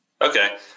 Okay